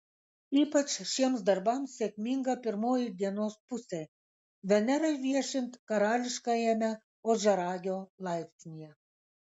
ypač šiems darbams sėkminga pirmoji dienos pusė venerai viešint karališkajame ožiaragio laipsnyje